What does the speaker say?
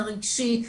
הרגשית,